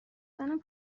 زنم